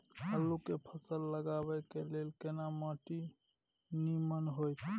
आलू के फसल लगाबय के लेल केना माटी नीमन होयत?